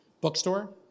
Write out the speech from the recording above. bookstore